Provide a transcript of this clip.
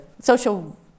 Social